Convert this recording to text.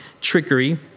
trickery